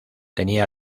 tenía